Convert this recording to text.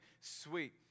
sweet